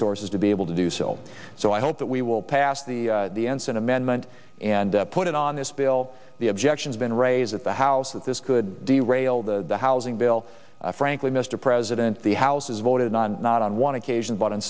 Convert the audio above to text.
sources to be able to do so so i hope that we will pass the ensign amendment and put it on this bill the objections been raised at the house that this could derail the housing bill frankly mr president the house has voted on not on one occasion but on